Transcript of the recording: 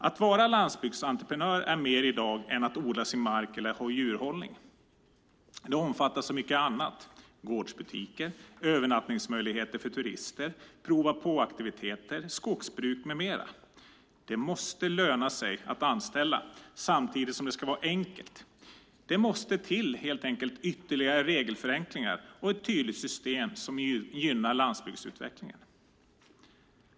Att vara landsbygdsentreprenör är mer i dag än att odla sin mark eller ha djurhållning. Det omfattar så mycket annat, gårdsbutiker, övernattningsmöjligheter för turister, prova-på-aktiviteter, skogsbruk med mera. Det måste löna sig att anställa samtidigt som det ska vara enkelt. Det måste helt enkelt till ytterligare regelförenklingar och ett tydligt system som gynnar landsbygdsutvecklingen.